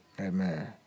Amen